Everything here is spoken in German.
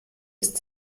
ist